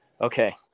okay